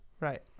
Right